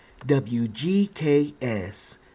WGKS